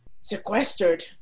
sequestered